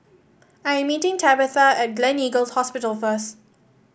I'm meeting Tabetha at Gleneagles Hospital first